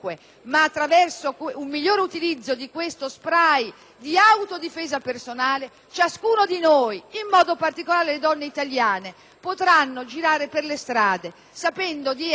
di difesa personale, però, ciascuno di noi - in modo particolare, le donne italiane - potrà girare per le strade sapendo di essere al sicuro da un'emergenza, in